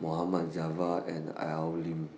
Mohamed Javad and Al Lim